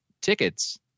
tickets